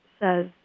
says